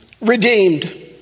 redeemed